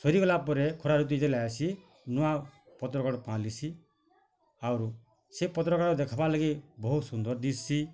ସରି ଗଲା ପରେ ଖରା ଋତୁ ଯେତେବେଲେ ଆସି ନୂଆ ପତ୍ରଗୁଡ଼ାକ ପାଲିସି ଆରୁ ସେ ପତ୍ରଗୁଡ଼ାକ ଦେଖ୍ବାର ଲାଗି ବହୁତ୍ ସୁନ୍ଦର୍ ଦିଶ୍ଛି